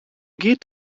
geht